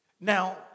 Now